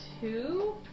Two